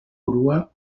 grua